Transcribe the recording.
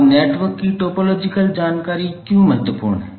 अब नेटवर्क की टोपोलॉजिकल जानकारी क्यों महत्वपूर्ण है